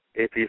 AP